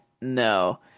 no